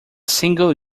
single